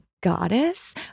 goddess